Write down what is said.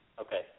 Okay